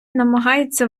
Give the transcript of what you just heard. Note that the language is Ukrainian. намагається